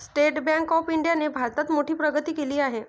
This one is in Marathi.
स्टेट बँक ऑफ इंडियाने भारतात मोठी प्रगती केली आहे